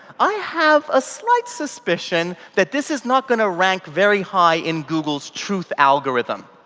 i have a slight suspicion that this is not going to rank very high in googles truth algorithm,